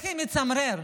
בכי מצמרר,